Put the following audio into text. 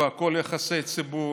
והכול יחסי ציבור,